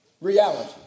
reality